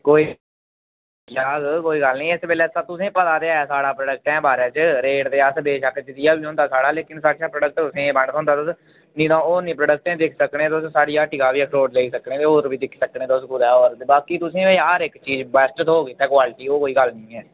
कोई गल्ल नेईं इस बेल्लै तुसेंगी पता ते ऐ सारा प्रोडक्टे बारें च रेट ते अस बेशक्क जि'यां बी होंदा साढ़ा लेकिन साढे़ शा प्रोडेक्ट तुसेंगी ए वन थ्होंदा नेईं ते होरने प्रोडक्टे दिक्खी सकने तुस साढ़ी हट्टिया बी अखरोट लेई सकने तुस ते होर बी दिक्खी सकने तुस कुतै होर बी बाकी तुसेंगी हर इक चीज बेस्ट थोह्ग इत्थै क्वालटी दी ओह् कोई गल्ल नि ऐ